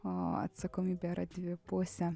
o atsakomybė yra dvipusė